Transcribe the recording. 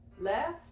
Left